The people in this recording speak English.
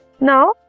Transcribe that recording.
Now